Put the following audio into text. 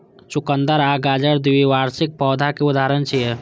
चुकंदर आ गाजर द्विवार्षिक पौधाक उदाहरण छियै